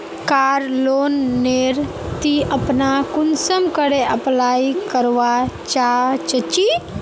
कार loan नेर ती अपना कुंसम करे अप्लाई करवा चाँ चची?